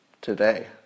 today